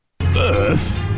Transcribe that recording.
Earth